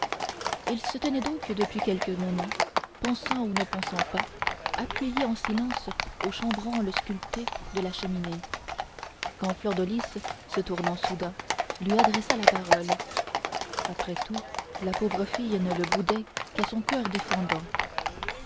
il se tenait donc depuis quelques moments pensant ou ne pensant pas appuyé en silence au chambranle sculpté de la cheminée quand fleur de lys se tournant soudain lui adressa la parole après tout la pauvre jeune fille ne le boudait qu'à son coeur défendant